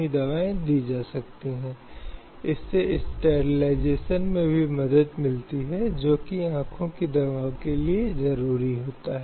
और इसके अतिरिक्त उन परिवारों द्वारा विभिन्न प्रकार के दुर्व्यवहारों के अधीन हैं जिनमें वे काम कर रहे हैं